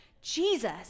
Jesus